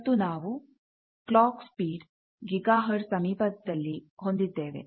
ಇವತ್ತು ನಾವು clock speed gigahertz ಸಮೀಪದಲ್ಲಿ ಹೊಂದಿದ್ದೇವೆ